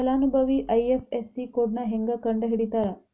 ಫಲಾನುಭವಿ ಐ.ಎಫ್.ಎಸ್.ಸಿ ಕೋಡ್ನಾ ಹೆಂಗ ಕಂಡಹಿಡಿತಾರಾ